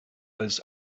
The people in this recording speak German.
als